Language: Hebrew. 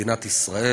במדינת ישראל.